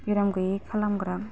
बेराम गोयै खालामग्रा